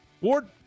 Ward